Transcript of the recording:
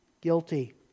guilty